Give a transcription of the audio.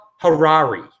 harari